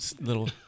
Little